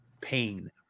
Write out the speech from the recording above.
Pain